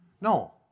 No